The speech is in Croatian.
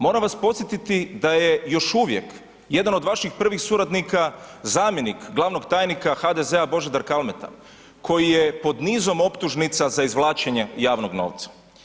Moram vas podsjetiti da je još uvijek jedan od vaših prvih suradnika, zamjenik glavnog tajnika HDZ-a Božidar Kalmeta koji je pod nizom optužnica za izvlačenje javnog novca.